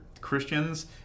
Christians